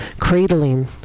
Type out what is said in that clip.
cradling